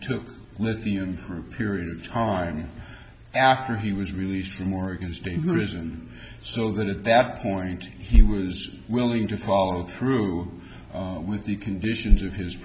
took let the in period of time after he was released from oregon state religion so that at that point he was willing to follow through with the conditions of his